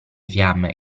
fiamme